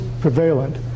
prevalent